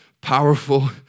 powerful